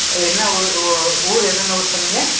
என்ன ஊர் ஊர் என்னென்ன ஊர் சொன்னிங்க